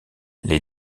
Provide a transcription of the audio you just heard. les